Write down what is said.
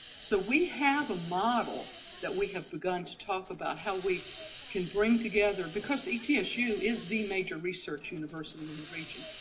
so we have a model that we have begun to talk about how we can bring together. because etsu is the major research university in the region.